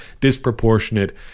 disproportionate